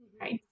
Right